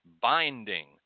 binding